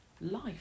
life